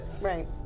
Right